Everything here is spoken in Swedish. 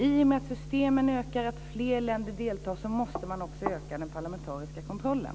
I och med att systemen vidgas och att fler länder deltar måste man också öka den parlamentariska kontrollen.